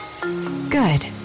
Good